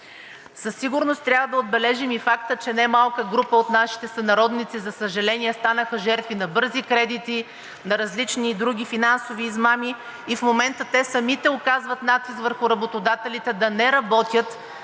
Със сигурност трябва да отбележим и факта, че немалка група от нашите сънародници, за съжаление, станаха жертви на бързи кредити, на различни други финансови измами и в момента те самите оказват натиск върху работодателите да не работят